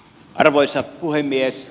arvoisa puhemies